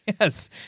Yes